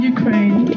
Ukraine